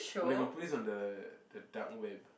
oh they got put this on the the dark web